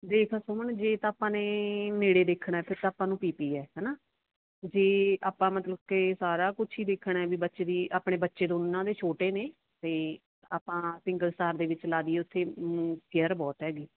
ਦੇਖ ਸੁਮਨ ਜੇ ਤਾਂ ਆਪਾਂ ਨੇ ਨੇੜੇ ਦੇਖਣਾ ਹੈ ਫਿਰ ਤਾਂ ਆਪਾਂ ਨੂੰ ਪੀਪੀ ਹੈ ਹੈ ਨਾ ਜੇ ਆਪਾਂ ਮਤਲਬ ਕਿ ਸਾਰਾ ਕੁਛ ਹੀ ਦੇਖਣਾ ਹੈ ਵੀ ਬੱਚੇ ਦੀ ਆਪਣੇ ਬੱਚੇ ਤੋਂ ਉਹਨਾਂ ਦੇ ਛੋਟੇ ਨੇ ਤਾਂ ਆਪਾਂ ਸਿੰਗਲ ਸਟਾਰ ਦੇ ਵਿੱਚ ਲਾ ਦਈਏ ਉੱਥੇ ਕੇਅਰ ਬਹੁਤ ਹੈਗੀ